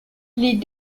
les